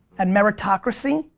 and meritocracy,